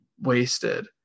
wasted